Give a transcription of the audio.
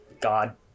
God